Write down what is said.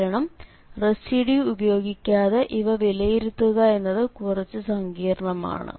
കാരണം റെസിഡ്യൂ ഉപയോഗിക്കാതെ ഇവ വിലയിരുത്തുക എന്നത് കുറച്ച് സങ്കീർണ്ണമാണ്